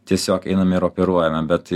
tiesiog einame ir operuojame bet